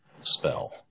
spell